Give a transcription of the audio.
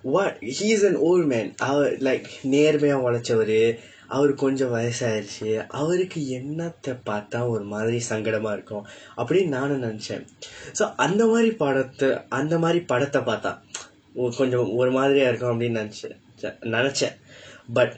what he is an old man அவர்:avar uh like நேர்மையா உழைத்தவர் அவர் கொஞ்சம் வயதாகிவிட்டது அவருக்கு என்னை பார்த்தால் ஒரு மாதிரி சங்கடமா இருக்கு அப்படி நானும் நினைத்தேன்:neermaiyaa uzhaiththavar avar konjsam vayathaakivitdathu avarukku ennai paarththaal oru mahthai parththa ஒரு கொஞ்சம் ஒரு மாதிரியா இருக்கும் அப்படி நினைத்தேன்:oru konjsam oru maathiriyaa irukkum appadi ninaiththeen but